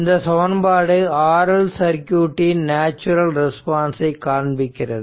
இந்த சமன்பாடு RL சர்க்யூட்டின் நேச்சுரல் ரெஸ்பான்ஸ்சை காண்பிக்கிறது